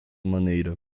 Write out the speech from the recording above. maneira